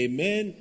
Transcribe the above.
Amen